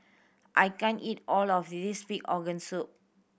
I can't eat all of this pig organ soup